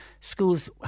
schools